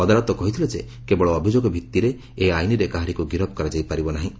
ଅଦାଲତ କହିଥିଲେ ଯେ କେବଳ ଅଭିଯୋଗ ଭିତ୍ତିରେ ଏହି ଆଇନରେ କାହାରିକୁ ଗିରଫ କରାଯାଇ ପାରିବ ନାହିଁ